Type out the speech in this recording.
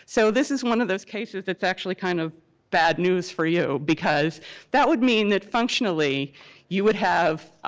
so this is one of those cases that's actually kind of bad news for you because that would mean that functionally you would have